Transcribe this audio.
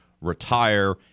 retire